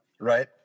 right